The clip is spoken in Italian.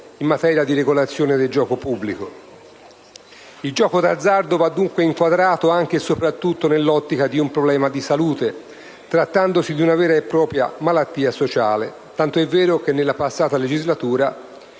in materia di regolazione del gioco pubblico. Il gioco d'azzardo va dunque inquadrato anche, e soprattutto, nell'ottica di un problema di salute, trattandosi di una vera e propria malattia sociale, tanto è vero che nella passata legislatura